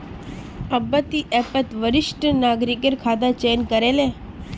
अब्बा ती ऐपत वरिष्ठ नागरिकेर खाता चयन करे ले